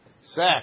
sack